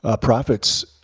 profits